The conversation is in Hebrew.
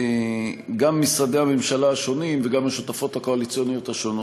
גם משרדי הממשלה השונים וגם השותפות הקואליציוניות השונות,